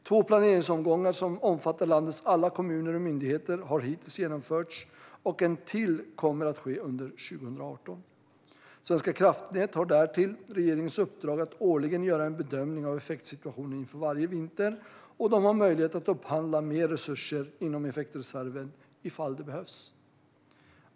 Två planeringsomgångar som omfattar landets alla kommuner och myndigheter har hittills genomförts, och en till kommer att ske under 2018. Svenska kraftnät har därtill regeringens uppdrag att årligen göra en bedömning av effektsituationen inför varje vinter, och de har möjlighet att upphandla mer resurser inom effektreserven ifall det behövs.